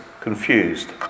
confused